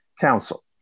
council